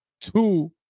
two